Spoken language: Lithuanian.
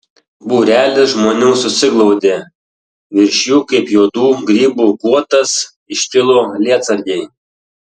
būrelis žmonių susiglaudė virš jų kaip juodų grybų guotas iškilo lietsargiai